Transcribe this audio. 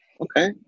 Okay